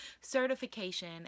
certification